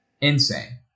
Insane